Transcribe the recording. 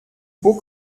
beau